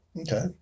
Okay